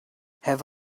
have